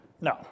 No